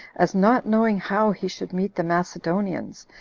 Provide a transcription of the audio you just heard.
as not knowing how he should meet the macedonians,